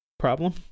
problem